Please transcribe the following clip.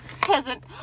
peasant